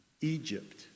Egypt